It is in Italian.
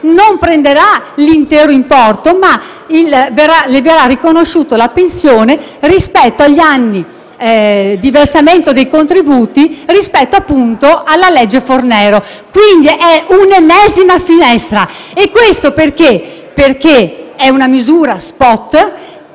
non prenderà l'intero importo, ma vedrà riconosciuta la pensione rispetto agli anni di versamento dei contributi con riferimento alla legge Fornero. Si tratta quindi di un'ennesima finestra e questo accade perché è una misura *spot*